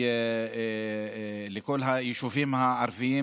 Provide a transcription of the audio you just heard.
לכל היישובים הערביים.